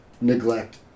neglect